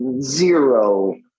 zero